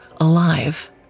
alive